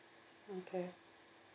okay